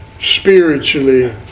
spiritually